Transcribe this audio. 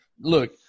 look